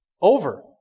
Over